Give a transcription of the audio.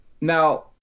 Now